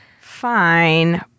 Fine